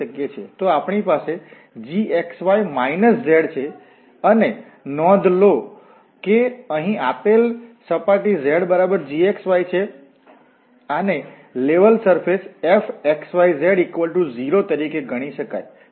તો આપણી પાસે gxy z છે અને નોંધ લો કે અહીં આપેલ સપાટી z બરાબર gxy છે આને લેવલ સરફેશ fxyz0 તરીકે ગણી શકાય